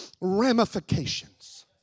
ramifications